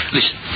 Listen